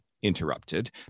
interrupted